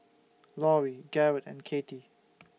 Lorri Garret and Katie